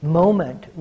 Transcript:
moment